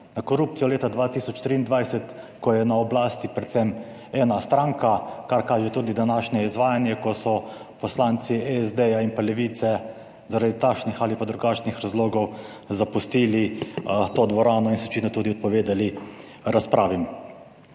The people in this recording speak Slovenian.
korupcijo leta 2023, ko je na oblasti predvsem ena stranka, kar kaže tudi današnje izvajanje, ko so poslanci SD in Levice zaradi takšnih ali drugačnih razlogov zapustili to dvorano in se očitno tudi odpovedali razpravi.